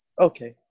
okay